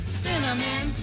cinnamon